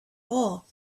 hole